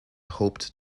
hoped